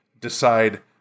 decide